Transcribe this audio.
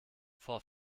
vor